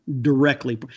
Directly